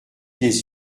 des